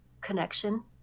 connection